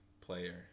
player